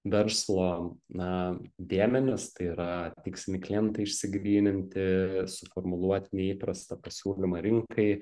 verslo na dėmenis tai yra tikslinį klientą išsigryninti suformuluoti neįprastą pasiūlymą rinkai